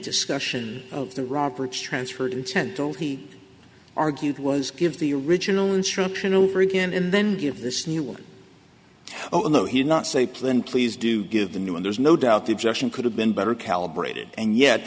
discussion of the roberts transferred intent all he argued was give the original instruction over again and then give this new one oh no he did not say plan please do give the new one there's no doubt the objection could have been better calibrated and yet